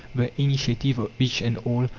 the initiative of each and all,